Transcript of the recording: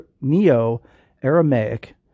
Neo-Aramaic